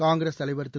காங்கிரஸ் தலைவர் திரு